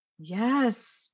yes